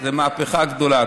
זו מהפכה גדולה.